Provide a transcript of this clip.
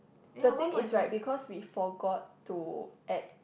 the thing is right because we forgot to add